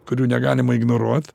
kurių negalima ignoruot